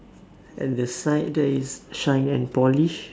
at the side there is shine and polish